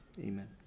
Amen